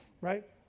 right